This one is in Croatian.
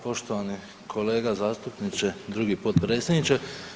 Poštovani kolega zastupniče, drugi potpredsjedniče.